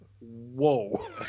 whoa